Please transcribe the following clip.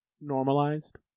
Normalized